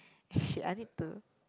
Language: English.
shit I need to